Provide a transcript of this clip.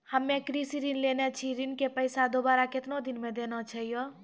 हम्मे कृषि ऋण लेने छी ऋण के पैसा दोबारा कितना दिन मे देना छै यो?